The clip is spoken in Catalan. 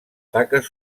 taques